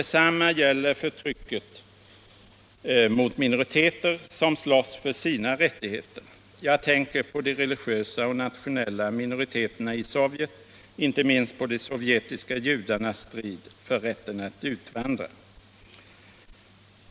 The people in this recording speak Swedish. Detsamma gäller förtrycket mot minoriteter, som slåss för sina rättigheter — jag tänker på de religiösa eller nationella minoriteterna i Sovjet, inte minst på de sovjetiska judarnas strid för rätten att utvandra.